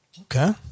okay